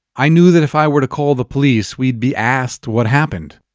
i knew that if i were to call the police, we'd be asked what happened.